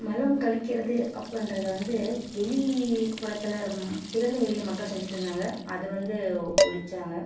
மலம் கழிக்கிறது அப்புடின்றத வந்து வெளிப்புறத்தில் திறந்த வெளியில் மக்கள் செஞ்சுட்டு இருந்தாங்க அதை வந்து ஒழிச்சாங்க